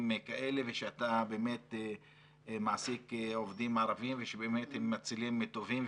כאלה ושאתה באמת מעסיק עובדים ערבים ושבאמת הם מצילים טובים,